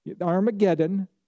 Armageddon